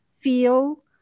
feel